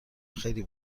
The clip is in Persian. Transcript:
خیلی